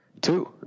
Two